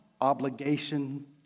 obligation